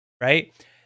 right